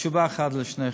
תשובה אחת לשניכם.